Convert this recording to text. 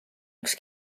üks